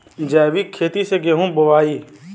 जैविक खेती से गेहूँ बोवाई